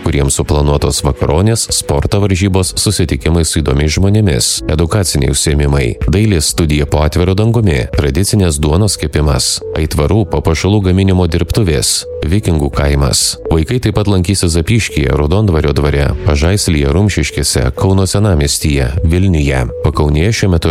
kuriems suplanuotos vakaronės sporto varžybos susitikimai su įdomiais žmonėmis edukaciniai užsiėmimai dailės studija po atviru dangumi tradicinės duonos kepimas aitvarų papuošalų gaminimo dirbtuvės vikingų kaimas vaikai taip pat lankysis zapyškyje raudondvario dvare pažaislyje rumšiškėse kauno senamiestyje vilniuje pakaunėje šiuo metu